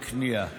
בכניעה.